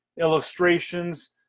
illustrations